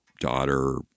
daughter